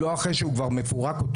לא אחרי שאותו חמור כבר מפורק.